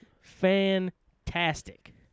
fantastic